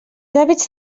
hàbits